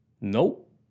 Nope